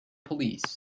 police